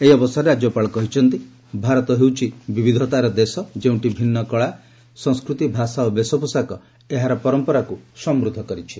ଏହି ଅବସରରେ ରାଜ୍ୟପାଳ କହିଛନ୍ତି ଭାରତ ହେଉଛି ବିବିଧତାର ଦେଶ ଯେଉଁଠି ଭିନ୍ନ କଳା ସଂସ୍କୃତି ଭାଷା ଓ ବେଶପୋଷାକ ଏହାର ପରମ୍ପରାକୃ ସମୃଦ୍ଧ କରିଛି